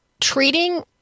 Treating